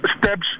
steps